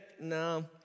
no